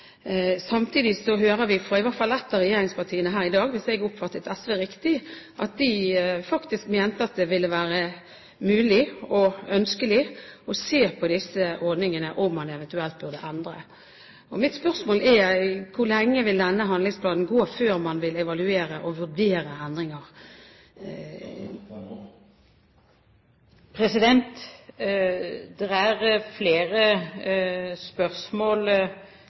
Samtidig hører vi fra i hvert fall ett av regjeringspartiene her i dag – hvis jeg oppfattet SV riktig – at de mener at det vil være mulig og ønskelig å se på om man eventuelt må endre disse ordningene. Mitt spørsmål er: Hvor lenge vil denne handlingsplanen gå før man vil evaluere den og vurdere endringer? Det er flere spørsmål